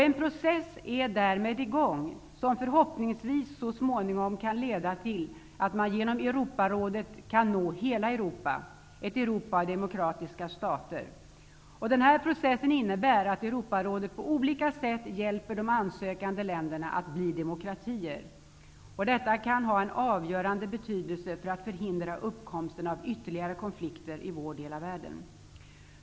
En process är därmed i gång, som förhoppningsvis kan leda till att man genom Europarådet kan nå hela Europa -- ett Europa av demokratiska stater. Denna process innebär att Europarådet på olika sätt hjälper de ansökande länderna att bli demokratier. Detta kan ha en avgörande betydelse för att förhindra uppkomsten av ytterligare konflikter i vår del av världen.